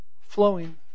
flowing